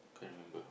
can't remember